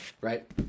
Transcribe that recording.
Right